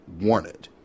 wanted